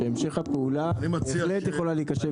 שהמשך הפעולה בהחלט יכולה להיחשב כהסדר.